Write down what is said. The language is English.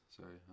sorry